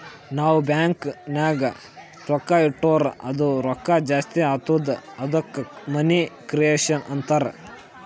ನಾವ್ ಬ್ಯಾಂಕ್ ನಾಗ್ ರೊಕ್ಕಾ ಇಟ್ಟುರ್ ಅದು ರೊಕ್ಕಾ ಜಾಸ್ತಿ ಆತ್ತುದ ಅದ್ದುಕ ಮನಿ ಕ್ರಿಯೇಷನ್ ಅಂತಾರ್